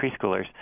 preschoolers